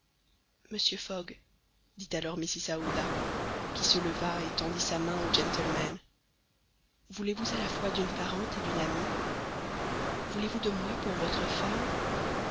monsieur fogg dit alors mrs aouda qui se leva et tendit sa main au gentleman voulez-vous à la fois d'une parente et d'une amie voulez-vous de moi pour votre femme